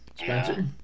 Spencer